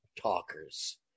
talkers